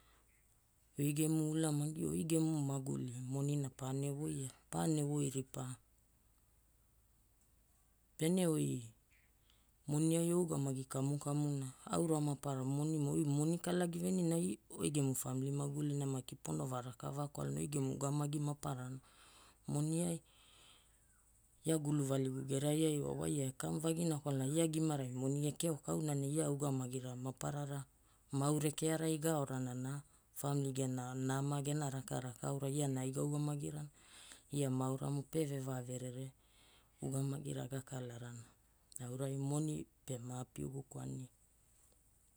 Oi gemu ulamagi, oi gemu maguli monina paene voia, paene voi ripaa. Pene oi moniai ougamagi kamukamuna, aura maparara monimo, oi moni kalagi veninai oi gemu family magulina maki pono va rakavaa kwalana oi ugamagi maparana moniai. Ia guluvaligu geraiai wa waia wa ekamuvagina kwalana ia gimarai moni ekeokauna ne ia ugamagira maparara ma au rekearai ga aorana na family gena nama, gena rakaraka aura iana ai gaugamagirana, ia maauramo pe vevaverere ugamagira gakalarana aurai moni pema api ugukwani